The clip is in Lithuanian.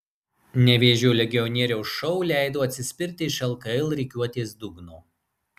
nevėžio legionieriaus šou leido atsispirti iš lkl rikiuotės dugno